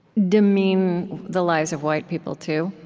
demean the lives of white people too,